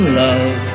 love